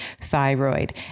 thyroid